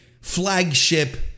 Flagship